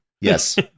Yes